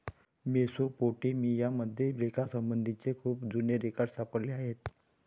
Mesopotamia मध्ये लेखासंबंधीचे खूप जुने रेकॉर्ड सापडले आहेत